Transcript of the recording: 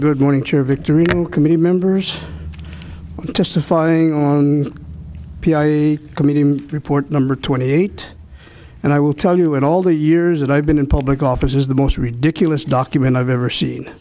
good morning to your victory committee members testifying committee report number twenty eight and i will tell you in all the years that i've been in public office is the most ridiculous document i've ever seen